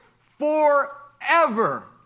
forever